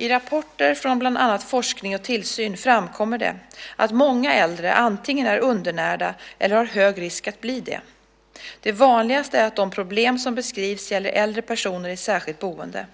I rapporter från bland annat forskning och tillsyn framkommer det att många äldre antingen är undernärda eller löper hög risk att bli det. Det vanligaste är att de problem som beskrivs gäller äldre personer i särskilt boende.